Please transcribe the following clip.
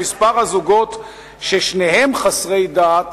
שאומר: "מספר הזוגות ששניהם 'חסרי דת'